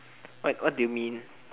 what do you mean